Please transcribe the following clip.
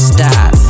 Stop